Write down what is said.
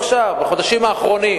עכשיו בחודשים האחרונים.